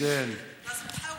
תנסה קצת.)